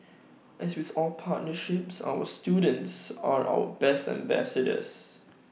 as with all partnerships our students are our best ambassadors